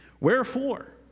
wherefore